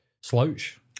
Slouch